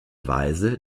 weise